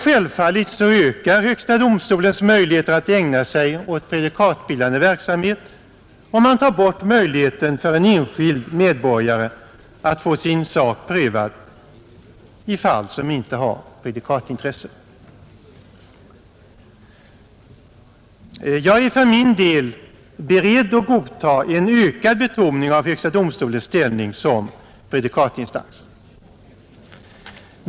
Självfallet ökar högsta domstolens möjligheter att ägna sig åt prejudikatbildande verksamhet, om man tar bort möjligheten för en enskild medborgare att få sin sak prövad i fall som inte har prejudikatintresse. Jag är för min del beredd att godta en ökad betoning av högsta domstolens ställning som prejudikatinstans.